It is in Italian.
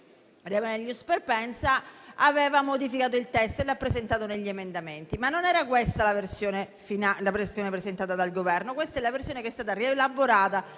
*re melius perpensa*, ha modificato il testo con gli emendamenti. Ma non era questa la versione presentata dal Governo; questa è la versione che è stata rielaborata